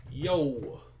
Yo